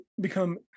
become